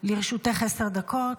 לרשותך עשר דקות.